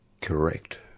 Correct